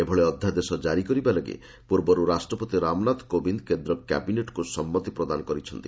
ଏଭଳି ଅଧ୍ୟାଦେଶ ଜାରି କରିବାଲାଗି ପୂର୍ବରୁ ରାଷ୍ଟ୍ରପତି ରାମନାଥ କୋବିନ୍ଦ୍ କେନ୍ଦ୍ର କ୍ୟାବିନେଟ୍କୁ ସମ୍ମତି ପ୍ରଦାନ କରିଥିଲେ